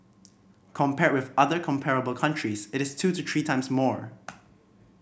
compared with other comparable countries it is two to three times more